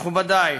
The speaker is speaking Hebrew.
מכובדי,